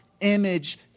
image